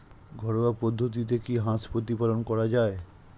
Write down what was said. ঘরোয়া পদ্ধতিতে কি হাঁস প্রতিপালন করা যায়?